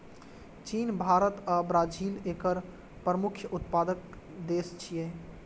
चीन, भारत आ ब्राजील एकर प्रमुख उत्पादक देश छियै